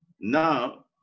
Now